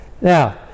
now